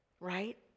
right